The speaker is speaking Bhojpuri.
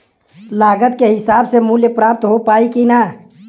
लागत के हिसाब से मूल्य प्राप्त हो पायी की ना?